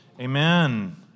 Amen